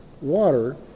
water